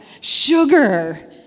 sugar